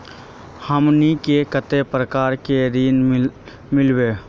हमनी के कते प्रकार के ऋण मीलोब?